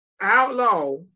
Outlaw